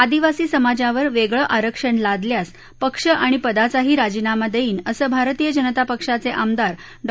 आदिवासी समाजावर वेगळं आरक्षण लादल्यास पक्ष आणि पदाचाही राजीनामा देईन असं भारतीय जनता पक्षाचे आमदार डॉ